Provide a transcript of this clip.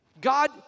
God